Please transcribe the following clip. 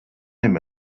him